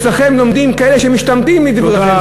שאצלכם לומדים כאלה שמשתמטים מדברי תורה,